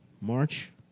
March